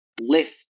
lift